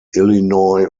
illinois